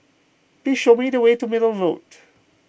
please show me the way to Middle Road